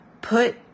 Put